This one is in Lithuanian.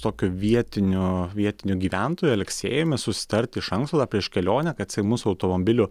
tokiu vietiniu vietiniu gyventoju aleksėjumi susitarti iš anksto prieš kelionę kad jisai mus su automobiliu